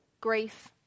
grief